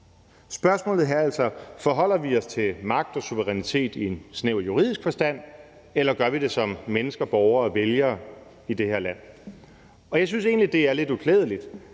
Spørgsmålet her er altså, om vi forholder os til magt og suverænitet i en snæver juridisk forstand, eller om vi gør det som mennesker, borgere og vælgere i det her land. Jeg synes egentlig, det er lidt uklædeligt,